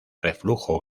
reflujo